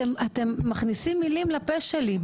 אתם מכניסים מילים לפה שלי.